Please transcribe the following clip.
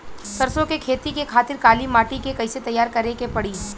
सरसो के खेती के खातिर काली माटी के कैसे तैयार करे के पड़ी?